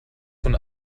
von